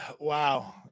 wow